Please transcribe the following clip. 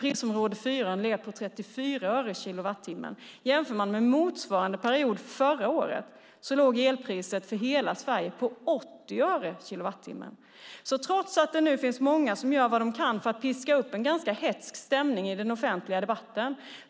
I prisområde 4 har elpriset legat på 34 öre per kilowattimme. Under motsvarande period förra året låg elpriset för hela Sverige på 80 öre per kilowattimme. Det är många som gör vad de kan för att piska upp en ganska hätsk stämning i den offentliga debatten.